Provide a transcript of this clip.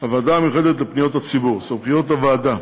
הוועדה המיוחדת לפניות הציבור, סמכויות הוועדה: